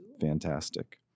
fantastic